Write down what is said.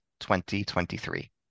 2023